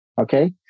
Okay